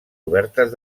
obertes